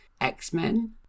X-Men